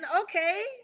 okay